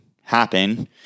happen